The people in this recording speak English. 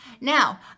now